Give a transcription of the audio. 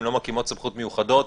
הן לא מקימות סמכות מיוחדת,